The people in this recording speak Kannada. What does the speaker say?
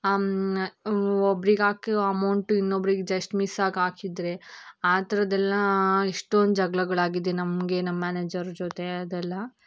ಒಬ್ರಿಗೆ ಹಾಕೊ ಅಮೌಂಟು ಇನ್ನೊಬ್ರಿಗೆ ಜಸ್ಟ್ ಮಿಸ್ಸಾಗಿ ಹಾಕಿದ್ರೆ ಆ ಥರದ್ದೆಲ್ಲಾ ಎಷ್ಟೊಂದು ಜಗ್ಳಗಳು ಆಗಿದೆ ನಮಗೆ ನಮ್ಮ ಮ್ಯಾನೇಜರ್ ಜೊತೆ ಅದೆಲ್ಲಾ